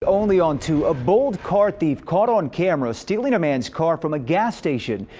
only on two. a bold car thief caught on camera stealing a man's car from a gas station.